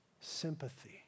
sympathy